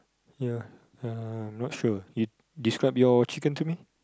ya uh I'm not sure you describe your chicken to me